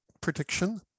prediction